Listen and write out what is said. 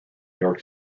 york